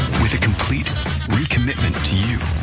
with a complete recommitment to you,